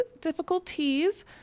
difficulties